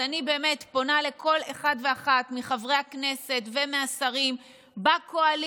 אז אני באמת פונה לכל אחד ואחת מחברי הכנסת ומהשרים בקואליציה: